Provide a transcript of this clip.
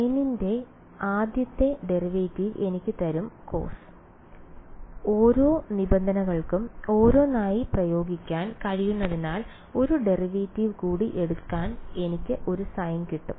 സൈനിന്റെ ആദ്യത്തെ ഡെറിവേറ്റീവ് എനിക്ക് തരും വിദ്യാർത്ഥി കോസ് കോസ് ഓരോ നിബന്ധനകൾക്കും ഓരോന്നായി പ്രയോഗിക്കാൻ കഴിയുന്നതിനാൽ ഒരു ഡെറിവേറ്റീവ് കൂടി എടുത്താൽ എനിക്ക് ഒരു സൈൻ കിട്ടും